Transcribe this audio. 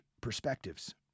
perspectives